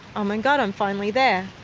oh my god, i'm finally there.